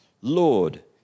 Lord